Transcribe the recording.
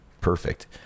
perfect